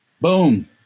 Boom